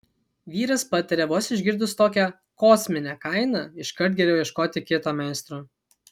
vyras patarė vos išgirdus tokią kosminę kainą iškart geriau ieškoti kito meistro